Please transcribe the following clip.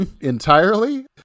entirely